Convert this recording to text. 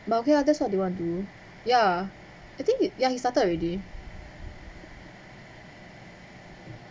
but okay lah that's what they want to ya I think ya he started already